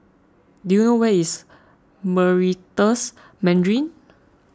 do you where is Meritus Mandarin